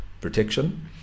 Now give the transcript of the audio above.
protection